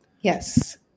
Yes